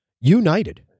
united